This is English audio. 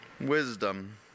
wisdom